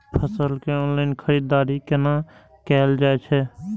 फसल के ऑनलाइन खरीददारी केना कायल जाय छै?